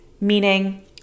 meaning